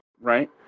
right